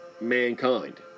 mankind